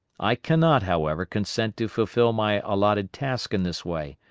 i cannot, however, consent to fulfill my allotted task in this way,